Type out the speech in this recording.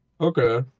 Okay